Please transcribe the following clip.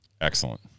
excellent